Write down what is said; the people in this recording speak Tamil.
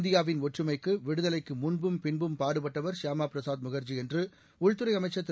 இந்தியாவின் ஒற்றுமைக்கு விடுதலைக்கு முன்பும் பின்பும் பாடுபட்டவர் சியாமா பிரசாத் முகர்ஜி என்று உள்துறை அமைச்சர் திரு